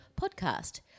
PODCAST